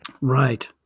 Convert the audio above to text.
Right